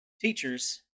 teachers